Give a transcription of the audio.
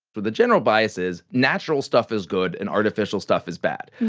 for the general biases, natural stuff is good and artificial stuff is bad.